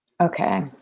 Okay